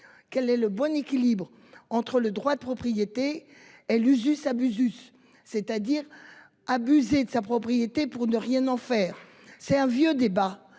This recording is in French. Quel est le bon équilibre entre le droit de propriété. L Usu ça bug ZUS c'est-à-dire. Abusé de sa propriété. Pour ne rien en faire. C'est un vieux débat.